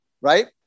Right